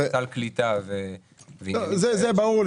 סל קליטה --- זה ברור לי,